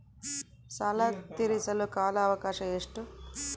ಸಾಲ ತೇರಿಸಲು ಕಾಲ ಅವಕಾಶ ಎಷ್ಟು?